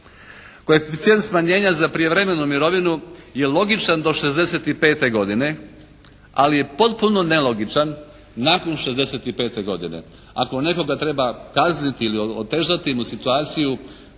Koeficijent smanjenja za prijevremenu mirovinu je logičan do 65 godine, ali je potpuno nelogičan nakon 65 godine. Ako nekoga treba kazniti ili otežati mu situaciju,